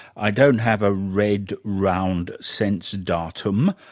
i don't have a red, round sense datum.